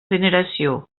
generació